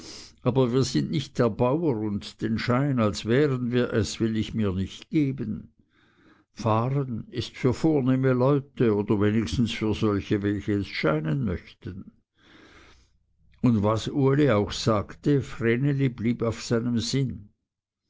aber wir sind nicht der bauer und den schein als wären wir es will ich mir nicht geben fahren ist für vornehme leute oder wenigstens für solche welche es scheinen möchten und was uli auch sagte vreneli blieb auf seinem sinn